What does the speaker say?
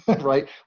right